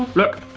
look.